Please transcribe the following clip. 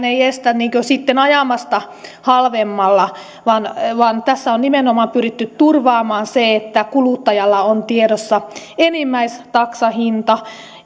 ei estä ajamasta halvemmalla vaan vaan on nimenomaan pyritty turvaamaan se että kuluttajalla on tiedossa enimmäistaksahinta